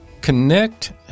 Connect